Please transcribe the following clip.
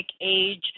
age